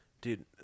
Dude